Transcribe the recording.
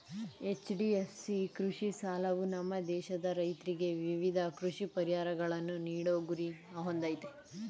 HDFC ಕೃಷಿ ಸಾಲವು ನಮ್ಮ ದೇಶದ ರೈತ್ರಿಗೆ ವಿವಿಧ ಕೃಷಿ ಪರಿಹಾರಗಳನ್ನು ನೀಡೋ ಗುರಿನ ಹೊಂದಯ್ತೆ